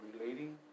relating